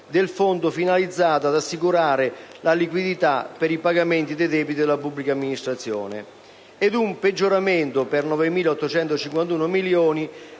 del fondo finalizzato ad assicurare la liquidità per i pagamenti dei debiti della pubblica amministrazione, ed un peggioramento per 9.851 milioni